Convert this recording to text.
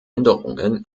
änderungen